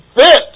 fit